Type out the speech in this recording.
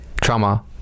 trauma